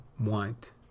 want